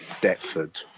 Deptford